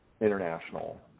international